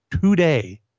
today